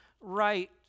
right